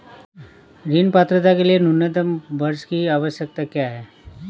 ऋण पात्रता के लिए न्यूनतम वर्ष की आवश्यकता क्या है?